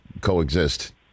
coexist